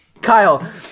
Kyle